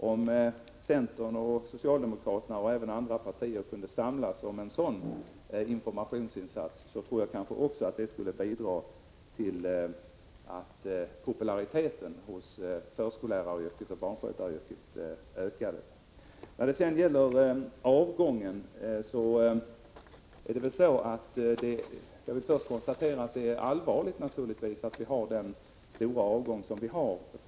Om centern och socialdemokraterna och även andra partier kunde samlas kring en sådan informationsinsats tror jag att det skulle bidra till att populariteten hos förskolläraryrket och barnskötaryrket ökade. Jag vill beträffande avgångarna från förskolläraryrket först konstatera att det naturligtvis är allvarligt att de är så många som de är.